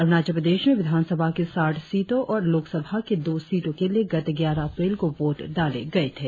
अरुणाचल प्रदेश में विधानसभा की साठ सीटों और लोकसभा की दो सीटों के लिए गत ग्यारह अप्रैल को वोट डाले गए थे